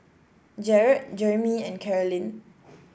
Jarrett Jermey and Carolyn